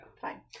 Fine